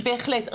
בהחלט.